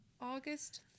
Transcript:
August